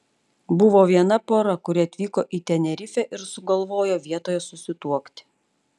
buvo viena pora kuri atvyko į tenerifę ir sugalvojo vietoje susituokti